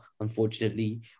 unfortunately